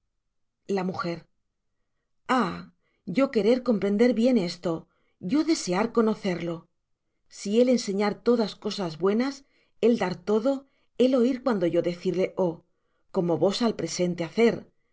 la m ah yo querer comprender bien esto yo desear conocerlo si él enseñar todas cosas buenas él dar todo él oir cuando yo decirle o como vos al presente hacer